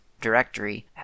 directory